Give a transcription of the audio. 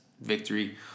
victory